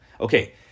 Okay